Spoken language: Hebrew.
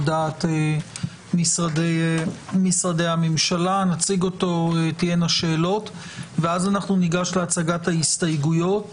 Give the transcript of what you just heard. דעת משרדי הממשלה תהיינה שאלות ואז ניגש להצגת ההסתייגויות